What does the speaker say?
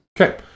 Okay